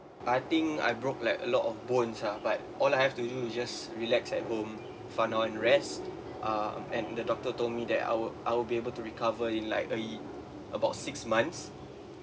I think I broke like a lot of bones ah but all I have to do is just relax at home and rest ah and the doctor told me that I will I will be able to recover in like a ye~ about six months